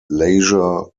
leisure